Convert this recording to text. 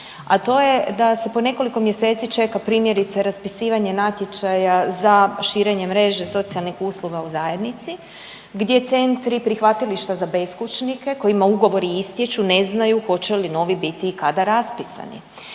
a to je da se po nekoliko mjeseci čeka, primjerice, raspisivanje natječaja za širenje mreže socijalnih usluga u zajednici gdje centri, prihvatilišta za beskućnike kojima ugovori istječu, ne znaju hoće li novi biti i kada raspisani.